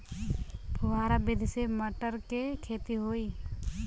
फुहरा विधि से मटर के खेती होई